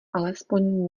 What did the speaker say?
alespoň